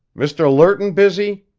mr. lerton busy?